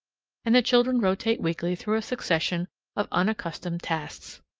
and the children rotate weekly through a succession of unaccustomed tasks.